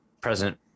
present